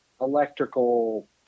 electrical